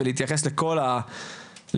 ולהתייחס לכל הרצף,